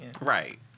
Right